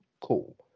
Cool